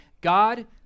God